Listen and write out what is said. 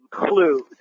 include